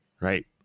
Right